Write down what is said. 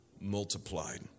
multiplied